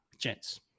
Gents